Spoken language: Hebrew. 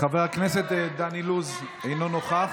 חבר הכנסת דן אילוז, אינו נוכח.